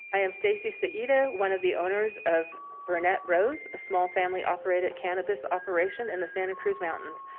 i am stacy saeda, one of the owners of burnett rose, a small family operated cannabis operation in the santa cruz mountains,